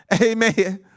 amen